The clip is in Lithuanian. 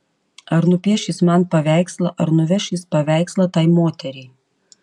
ar nupieš jis man paveikslą ar nuveš jis paveikslą tai moteriai